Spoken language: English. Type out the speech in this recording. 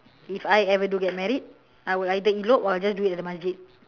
if I ever do get married I would either elope or I will just do it at the masjid